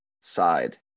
side